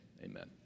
amen